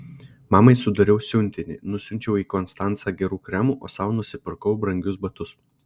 mamai sudariau siuntinį nusiunčiau į konstancą gerų kremų o sau nusipirkau brangius batus